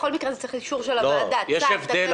בכל מקרה זה מצריך אישור של הוועדה בצו או בתקנות.